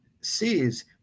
sees